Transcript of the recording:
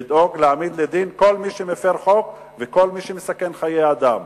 לדאוג להעמיד לדין כל מי שמפר חוק וכל מי שמסכן חיי אדם.